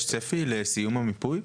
יש צפי לסיום המיפוי?